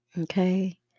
Okay